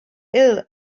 ill